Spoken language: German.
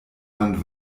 man